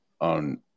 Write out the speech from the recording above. on